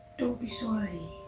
don't be sorry.